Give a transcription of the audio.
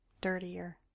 dirtier